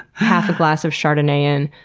half a glass of chardonnay in?